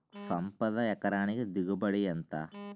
సంపద ఎకరానికి దిగుబడి ఎంత?